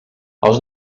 els